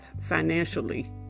financially